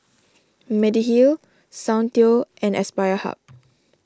Mediheal Soundteoh and Aspire Hub